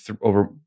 over